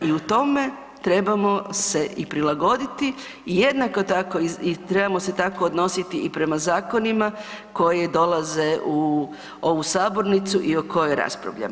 I u tome trebamo se i prilagoditi i jednako tako i trebamo se tako odnositi i prema zakonima koji dolaze u ovu sabornicu i o kojoj raspravljamo.